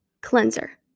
cleanser